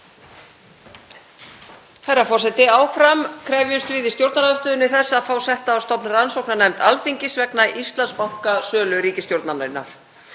Herra forseti. Áfram krefjumst við í stjórnarandstöðunni þess að fá setta á stofn rannsóknarnefnd Alþingis vegna Íslandsbankasölu ríkisstjórnarinnar.